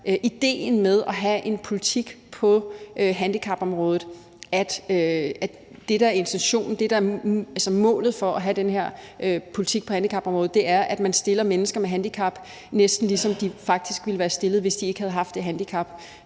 kerneidéen med at have en politik på handicapområdet, at det, der er intentionen og målet, er, at man stiller mennesker med handicap, næsten ligesom de faktisk ville være stillet, hvis ikke de havde haft det handicap,